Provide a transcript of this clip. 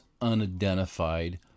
unidentified